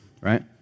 right